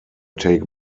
take